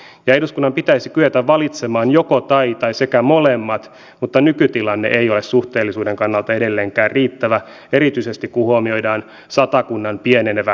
ja eduskunnan pitäisi kyetä valitsemaan jokotai tai molemmat mutta nykytilanne ei ole suhteellisuuden kannalta edelleenkään riittävä erityisesti kun huomioidaan satakunnan pienenevä väestö